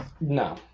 No